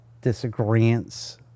disagreements